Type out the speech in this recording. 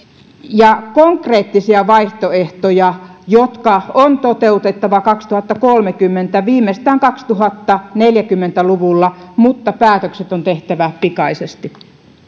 ja konkreettisia vaihtoehtoja jotka on toteutettava kaksituhattakolmekymmentä viimeistään kaksituhattaneljäkymmentä luvulla mutta päätökset on tehtävä pikaisesti